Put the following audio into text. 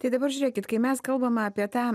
tai dabar žiūrėkit kai mes kalbame apie tą